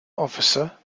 officer